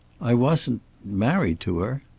i wasn't married to her?